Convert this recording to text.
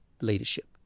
leadership